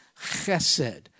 chesed